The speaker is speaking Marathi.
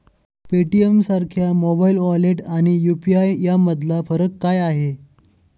पेटीएमसारख्या मोबाइल वॉलेट आणि यु.पी.आय यामधला फरक काय आहे?